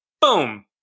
boom